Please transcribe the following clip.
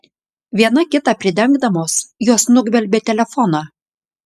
viena kitą pridengdamos jos nugvelbė telefoną